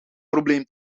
probleem